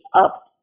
up